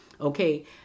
Okay